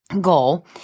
goal